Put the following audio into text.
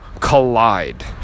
collide